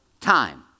time